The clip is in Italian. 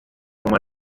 forma